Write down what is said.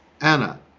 Anna